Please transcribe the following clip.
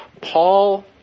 Paul